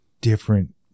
different